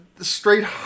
Straight